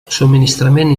subministrament